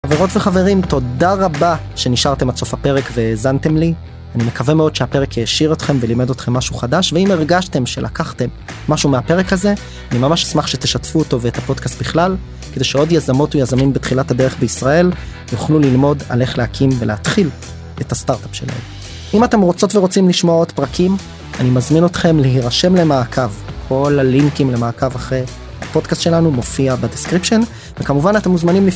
חברות וחברים, תודה רבה שנשארתם עד סוף הפרק והאזנתם לי. אני מקווה מאוד שהפרק העשיר אתכם ולימד אתכם משהו חדש, ואם הרגשתם שלקחתם משהו מהפרק הזה, אני ממש אשמח שתשתפו אותו ואת הפודקאסט בכלל, כדי שעוד יזמות ויזמים בתחילת הדרך בישראל יוכלו ללמוד על איך להקים ולהתחיל את הסטארטאפ שלהם. אם אתם רוצות ורוצים לשמוע עוד פרקים, אני מזמין אתכם להירשם למעקב. כל הלינקים למעקב אחרי הפודקאסט שלנו מופיע בדסקריפשן, וכמובן אתם מוזמנים ל...